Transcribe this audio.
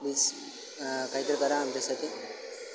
please काहीतरी करा आमच्यासाठी